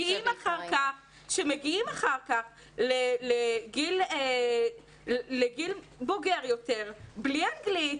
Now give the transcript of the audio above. כשהם מגיעים אחר כך לגיל בוגר יותר בלי אנגלית,